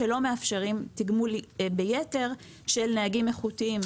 שלא מאפשרים תגמול ביתר של נהגים איכותיים,